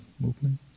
movement